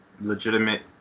legitimate